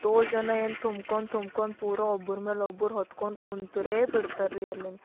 ತೋಲ ಜನ ಏನು ತುಂಬ್ಕೊಂತ ತುಂಬ್ಕೊಂತ ಪೂರ ಒಬ್ಬರ ಮೇಲೆ ಒಬ್ಬರು ಹೊತ್ಕೊಂಡ್ ಕುಂತರೇ ಬಿಡ್ತಾರೆ ರೀ ಅಲ್ಲಿಂದ